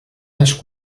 baix